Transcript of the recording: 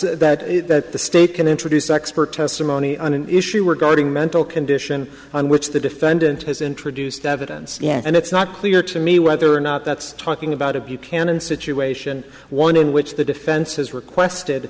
the that the state can introduce expert testimony on an issue were guarding mental condition on which the defendant has introduced evidence and it's not clear to me whether or not that's talking about a you can in situation one in which the defense has requested